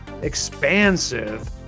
expansive